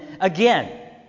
again